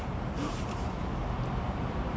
fucking shit sia that part